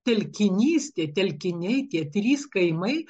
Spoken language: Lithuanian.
telkinys tie telkiniai tie trys kaimai